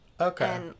okay